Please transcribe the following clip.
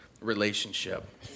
relationship